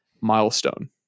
milestone